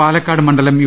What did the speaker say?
പാലക്കാട് മണ്ഡലം യു